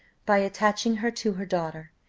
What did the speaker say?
by attaching her to her daughter,